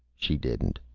she didn't.